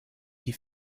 die